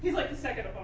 like, the second